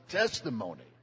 testimony